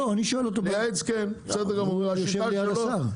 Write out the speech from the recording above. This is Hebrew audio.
לייעץ כן -- הוא השיב לי על השר.